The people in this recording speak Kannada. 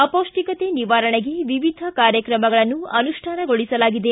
ಅಪೌಷ್ಠಿಕತೆ ನಿವಾರಣೆಗೆ ವಿವಿಧ ಕಾರ್ಯಕ್ರಮಗಳನ್ನು ಅನುಷ್ಠಾನಗೊಳಿಸಲಾಗಿದೆ